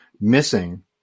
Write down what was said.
missing